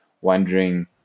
wondering